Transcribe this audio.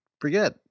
forget